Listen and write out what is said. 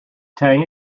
tang